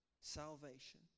salvation